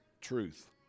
truth